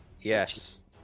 Yes